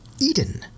Eden